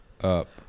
up